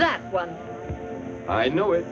that one i know it